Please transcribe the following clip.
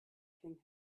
king